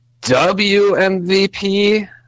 WMVP